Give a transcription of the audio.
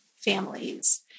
families